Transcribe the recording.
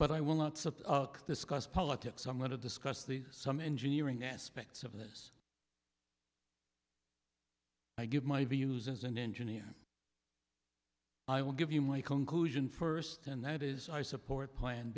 but i will lots of discuss politics i'm going to discuss the some engineering aspects of it i give my views as an engineer i will give you my conclusion first and that is i support plan